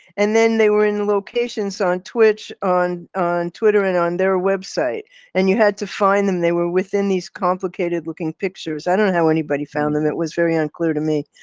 and then they were in locations on twitch on on twitter and on their website and you had to find them. they were within these complicated looking pictures. i don't know how anybody found them. it was very unclear to me.